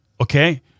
okay